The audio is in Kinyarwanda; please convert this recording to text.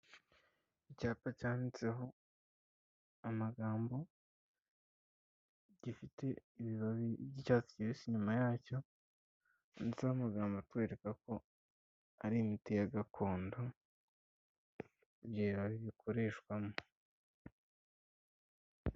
Icyapa cyanditseho amagambo gifite ibibabi by'icyatsi kibisi, inyuma yacyo ndetse amagambo atwereka ko ari imiti ya gakondo byira bikoreshwamo.